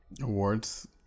Awards